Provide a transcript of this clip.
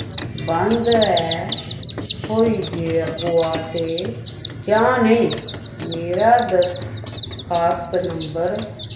बंद ऐ होई गेआ ते जां नेईं मेरा दरखास्त नंबर